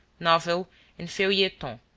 novel and feuilleton.